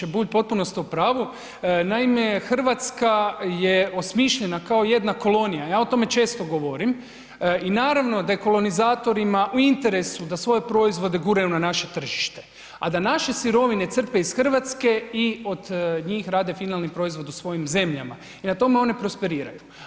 Da, zastupniče Bulj, potpuno ste u pravu, naime, Hrvatska je osmišljena kao jedna kolonija i ja o tome često govorim i naravno da je kolonizatorima u interesu da svoje proizvode guraju na naše tržište, a da naše sirovine crpe iz Hrvatske i od njih rade finalni proizvod u svojim zemljama i na tome one prosperiraju.